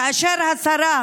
כאשר השרה,